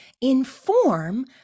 inform